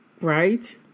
Right